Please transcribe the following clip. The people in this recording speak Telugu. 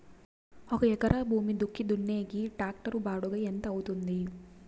ఒక ఎకరా భూమి దుక్కి దున్నేకి టాక్టర్ బాడుగ ఎంత అవుతుంది?